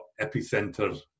Epicenter